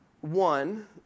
One